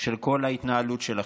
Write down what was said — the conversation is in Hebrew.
של כל ההתנהלות שלכם.